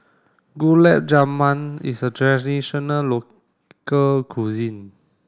Gulab Jamun is a traditional local cuisine